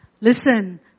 listen